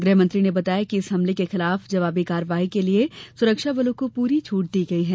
गृहमंत्री ने बताया कि इस हमले के खिलाफ जवाबी कार्यवाही के लिये सुरक्षाबलों को पूरी छूट दी गई है